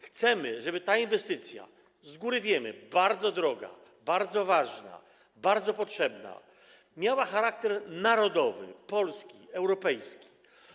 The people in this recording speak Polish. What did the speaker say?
Chcemy, żeby ta inwestycja, z góry wiemy: bardzo droga, bardzo ważna, bardzo potrzebna, miała charakter narodowy, polski, europejski.